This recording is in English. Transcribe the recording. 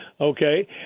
Okay